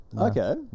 okay